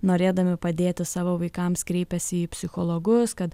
norėdami padėti savo vaikams kreipiasi į psichologus kad